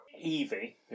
Evie